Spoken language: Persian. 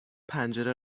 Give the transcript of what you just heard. پنجره